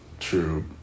true